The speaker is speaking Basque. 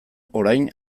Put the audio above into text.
orain